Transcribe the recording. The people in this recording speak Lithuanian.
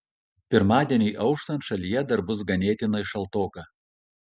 pirmadieniui auštant šalyje dar bus ganėtinai šaltoka